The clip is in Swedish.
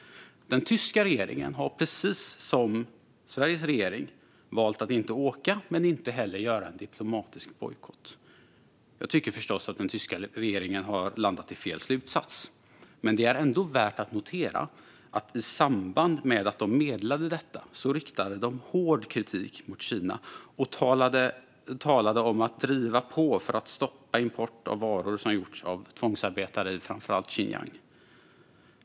Den tyska regeringen har precis som Sveriges regering valt att inte åka och inte heller göra en diplomatisk bojkott. Jag tycker förstås att den tyska regeringen har landat i fel slutsats, men det är ändå värt att notera att de i samband med att de meddelade detta riktade hård kritik mot Kina och talade om att driva på för att stoppa import av varor som gjorts av tvångsarbetare i framför allt Xinjiang.